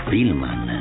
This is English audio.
Filman